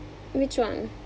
which one